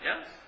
Yes